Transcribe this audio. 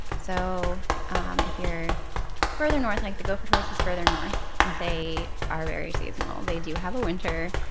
so um if you're further north, like the gopher tortoise is further north, they are very seasonal. they do have a winter.